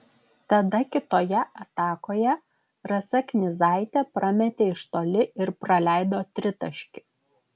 tada kitoje atakoje rasa knyzaitė prametė iš toli ir praleido tritaškį